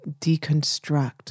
deconstruct